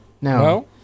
no